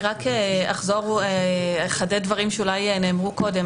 אני רק אחזור ואחדד דברים שאולי נאמרו קודם.